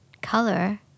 color